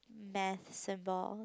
math symbol